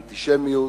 אנטישמיות,